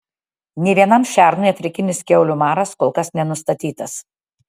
nė vienam šernui afrikinis kiaulių maras kol kas nenustatytas